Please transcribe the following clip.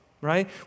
right